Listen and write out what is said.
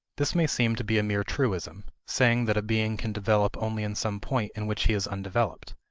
this may seem to be a mere truism saying that a being can develop only in some point in which he is undeveloped.